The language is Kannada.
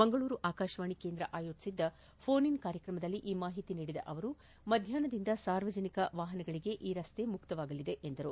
ಮಂಗಳೂರು ಆಕಾಶವಾಣಿ ಕೇಂದ್ರ ಅಯೋಜಿಸಿದ್ದ ಫೋನ್ ಇನ್ ಕಾರ್ಯಕ್ರಮದಲ್ಲಿ ಈ ಮಾಹಿತಿ ನೀಡಿದ ಅವರು ಮಧ್ಯಾಹ್ನದಿಂದ ಸಾರ್ವಜನಿಕ ವಾಹನಗಳಿಗೆ ಈ ರಸ್ತೆ ಮುಕ್ತವಾಗಲಿದೆ ಎಂದರು